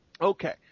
okay